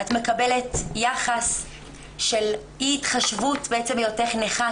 את מקבלת יחס של אי התחשבות מעצם היותך נכה,